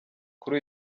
kuri